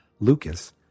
Lucas